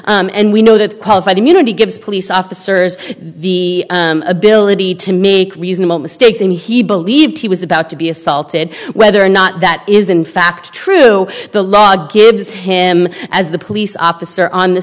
threatened and we know that qualified immunity gives police officers the ability to make reasonable mistakes and he believed he was about to be assaulted whether or not that is in fact true the law gives him as the police officer on the